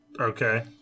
Okay